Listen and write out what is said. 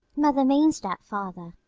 mother means that, father.